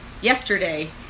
yesterday